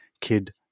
kid